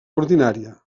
ordinària